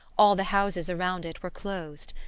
all the houses around it were closed.